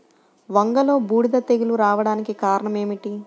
వంగలో బూడిద తెగులు రావడానికి కారణం ఏమిటి?